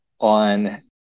on